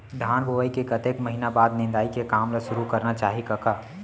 धान बोवई के कतेक महिना बाद निंदाई के काम ल सुरू करना चाही कका?